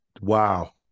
wow